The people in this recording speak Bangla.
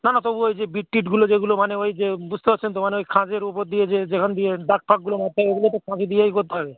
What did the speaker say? না না তবু ওই যে বীট টিটগুলো যেগুলো মানে ওই যে বুঝতে পারছেন তো মানে ওই খাঁজের উপর দিয়ে যে যেখান দিয়ে দাগ ফাগগুলো ওঠে ওগুলো তো কাঁচি দিয়েই করতে হবে